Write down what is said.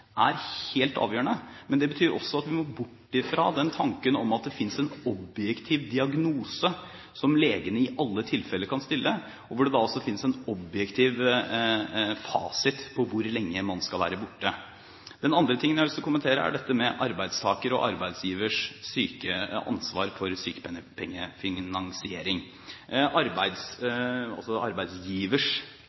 er helt avgjørende. Men det betyr også at vi må bort fra den tanken at det finnes en objektiv diagnose som legene i alle tilfeller kan stille, og hvor det også finnes en objektiv fasit på hvor lenge man skal være borte. Den andre tingen jeg har lyst til å kommentere, er dette med arbeidstakere og arbeidsgivers ansvar for